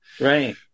Right